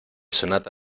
sonata